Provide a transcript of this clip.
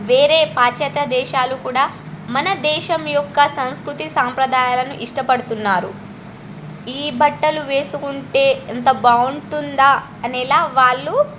వేరే పాశ్చాత్య దేశాలు కూడా మన దేశం యొక్క సంస్కృతి సాంప్రదాయాలను ఇష్టపడుతున్నారు ఈ బట్టలు వేసుకుంటే ఎంత బాగుంటుందా అనేలా వాళ్ళు